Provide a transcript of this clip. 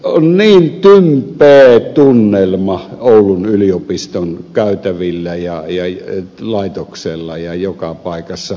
on niin tympeä tunnelma oulun yliopiston käytävillä ja laitoksella ja joka paikassa